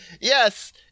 yes